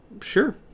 Sure